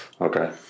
okay